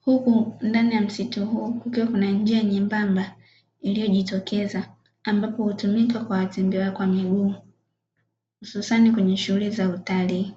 huku ndani ya msitu huo kukiwa kuna njia nyembamba iliyojitokeza, ambapo hutumika kwa watembea kwa miguu, hususani kwenye shughuli za utalii.